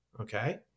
okay